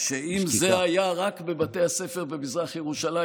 אם זה היה רק בבתי הספר במזרח ירושלים,